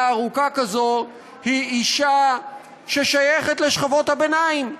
ארוכה כזו היא אישה ששייכת לשכבות הביניים,